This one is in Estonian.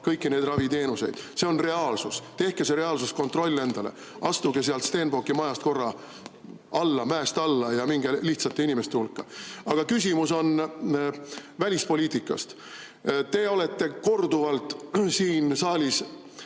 kõiki raviteenuseid. See on reaalsus. Tehke see reaalsuskontroll endale, astuge sealt Stenbocki majast korra alla, mäest alla, ja minge lihtsate inimeste hulka. Aga küsimus on välispoliitika kohta. Te olete korduvalt siin saalis